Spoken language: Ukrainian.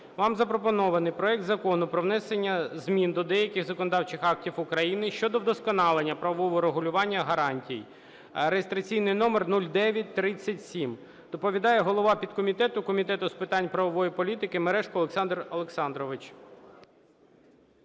Вам запропонований проект Закону про внесення змін до деяких законодавчих актів України щодо вдосконалення правового регулювання гарантії (реєстраційний номер 0937). Доповідає голова підкомітету Комітету з питань правової політики Мережко Олександр Олександрович.